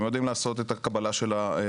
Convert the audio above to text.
הם יודעים לעשות את הקבלה את המטופלים,